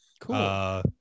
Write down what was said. Cool